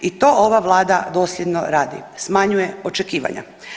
I to ova vlada dosljedno radi, smanjuje očekivanja.